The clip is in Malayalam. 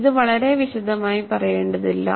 ഇത് വളരെ വിശദമായി പറയേണ്ടതില്ല